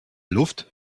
luft